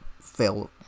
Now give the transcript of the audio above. fail